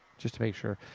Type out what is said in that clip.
just to make sure.